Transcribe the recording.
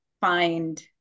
find